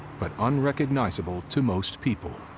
but unrecognizable to most people.